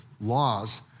laws